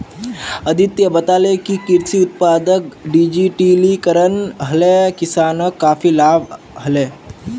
अदित्य बताले कि कृषि उत्पादक डिजिटलीकरण हले किसानक काफी लाभ हले